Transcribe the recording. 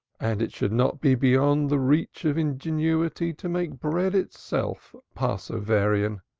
and it should not be beyond the reach of ingenuity to make bread itself passoverian